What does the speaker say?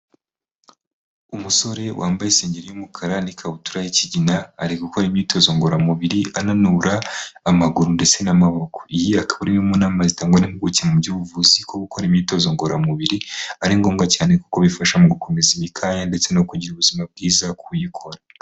Umusore wambaye isengeri y'umukara n'ikabutura y'ikigina, ari gukora imyitozo ngororamubiri ananura amaguru ndetse n'amaboko. Iyi akaba ari imwe mu nama zitangwa n'impuguke mu by'ubuvuzi, ko gukora imyitozo ngororamubiri ari ngombwa cyane kuko bifasha mu gukomeza imikaya ndetse no kugira ubuzima bwiza k’uyikora.